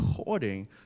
according